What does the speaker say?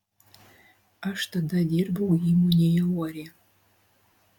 aš tada dirbau įmonėje uorė